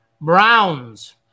Browns